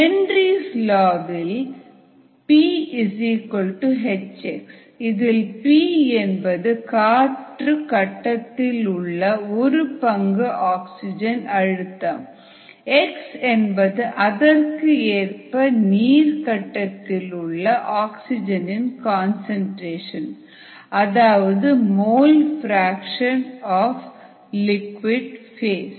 Henry's law Henry's law வில் phx இதில் P என்பது காற்று கட்டத்திலுள்ள ஒரு பங்கு ஆக்சிஜன் அழுத்தம் எக்ஸ் என்பது அதற்கு ஏற்ப நீர் கட்டத்திலுள்ள ஆக்சிஜன் கன்சன்ட்ரேஷன் அதாவது mole fraction of liquid base